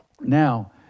Now